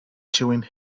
chewing